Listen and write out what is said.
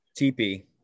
tp